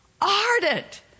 ardent